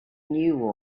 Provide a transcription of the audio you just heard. knew